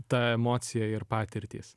ta emocija ir patirtys